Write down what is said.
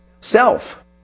Self